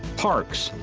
parks,